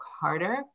harder